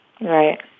Right